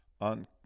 on